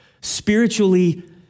spiritually